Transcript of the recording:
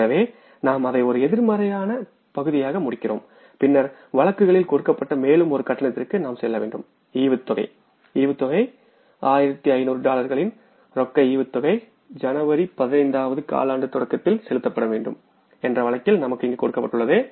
எனவே நாம் அதை ஒரு எதிர்மறையான பகுதியாக முடிக்கிறோம் பின்னர் வழக்குகளில் கொடுக்கப்பட்ட மேலும் ஒரு கட்டணத்திற்கு நாம் செல்ல வேண்டும் டிவிடெண்ட் டிவிடெண்ட் 1500 டாலர்களின் ரொக்க டிவிடெண்ட் ஜனவரி 15 அதாவது காலாண்டு தொடக்கத்தில் செலுத்தப்பட வேண்டும் என்ற வழக்கில் நமக்கு இங்கு கொடுக்கப்பட்டுள்ளது